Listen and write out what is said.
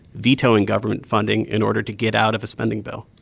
vetoing government funding in order to get out of a spending bill?